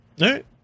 right